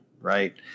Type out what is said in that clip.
Right